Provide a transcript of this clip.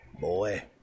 boy